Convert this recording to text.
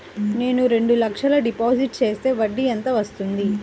నేను రెండు లక్షల డిపాజిట్ చేస్తే వడ్డీ ఎంత వస్తుంది?